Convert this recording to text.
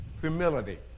humility